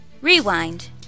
Rewind